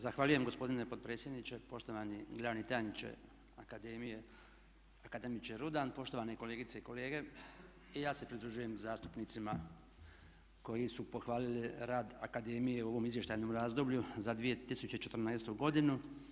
Zahvaljujem gospodine potpredsjedničke, poštovani glavni tajniče akademije akademiče Rudan, poštovane kolegice i kolege i ja se pridružujem zastupnicima koji su pohvalili rad akademije u ovom izvještajnom razdoblju za 2014.godinu.